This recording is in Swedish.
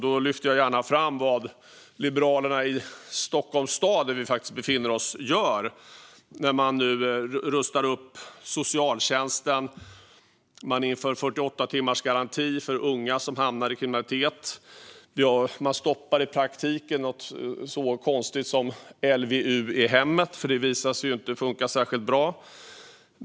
Jag lyfter gärna fram vad Liberalerna gör i Stockholms stad, där vi faktiskt befinner oss. Man rustar upp socialtjänsten och inför 48-timmarsgaranti för unga som hamnar i kriminalitet. Man stoppar i praktiken något så konstigt som LVU i hemmet, som ju visat sig inte funka särskilt bra.